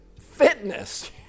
fitness